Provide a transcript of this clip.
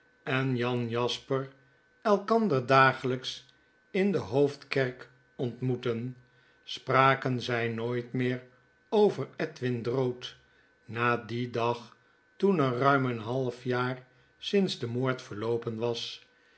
en jan jasper elkander dagelyks in de hoofdkerk ontmoetten spraken zy nooit meer over edwin drood na dien dag toen er ruim een half jaar sinds den moord verloopen was